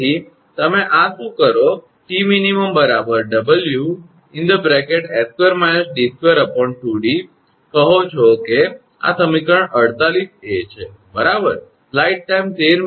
તેથી તમે આ શું કરો 𝑇𝑚𝑖𝑛 𝑊𝑠2 − 𝑑2 2𝑑 કહો છો કે આ સમીકરણ 48a છે બરાબર